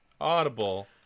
Audible